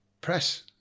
press